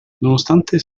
nonostante